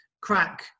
crack